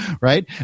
right